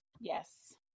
Yes